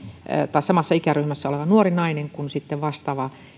samassa ikäryhmässä oleva nuori nainen kuin sitten